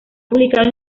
publicado